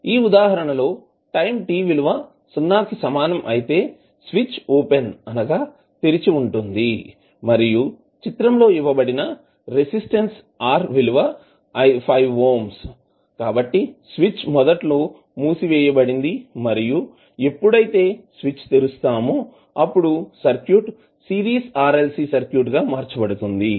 ఈ ఉదాహరణలో time t విలువ సున్నా కి సమానం అయితే స్విచ్ ఓపెన్ అనగా తెరిచివుంటుంది మరియు చిత్రంలో ఇవ్వబడిన రెసిస్టన్స్ R విలువ 5 ఓం కాబట్టి స్విచ్ మొదట్లో మూసివేయబడింది మరియు ఎప్పుడైతే స్విచ్ తెరుస్తామో అప్పుడు సర్క్యూట్ సిరీస్ RLC సర్క్యూట్గా మార్చబడుతుంది